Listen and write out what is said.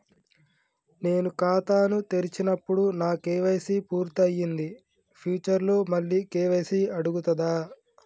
నేను ఖాతాను తెరిచినప్పుడు నా కే.వై.సీ పూర్తి అయ్యింది ఫ్యూచర్ లో మళ్ళీ కే.వై.సీ అడుగుతదా?